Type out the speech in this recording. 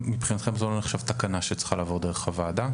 מבחינתכם זה לא נחשב תקנה שצריכה לעבור דרך הוועדה?